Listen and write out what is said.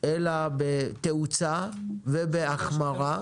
אלא בתאוצה ובהחמרה,